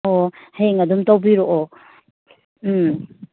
ꯑꯣ ꯍꯌꯦꯡ ꯑꯗꯨꯝ ꯇꯧꯕꯤꯔꯛꯑꯣ ꯎꯝ